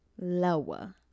Lower